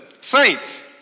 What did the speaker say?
saints